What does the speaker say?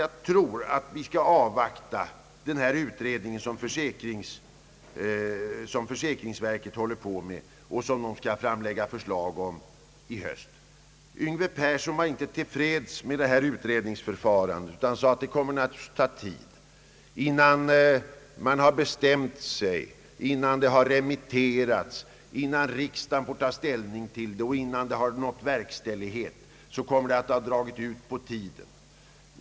Enligt min mening bör vi avvakta den utredning som riksförsäkringsverket har fått i uppdrag att utföra och vars resultat vi kan vänta till hösten. Herr Yngve Persson var inte till freds med detta utredningsförfarande. Han menade att det kommer att dra ut på tiden innan utredningen har bestämt sig, innan ärendet har remitterats, innan riksdagen har tagit ställning till frågan och innan de beslutade åtgär derna kan verkställas.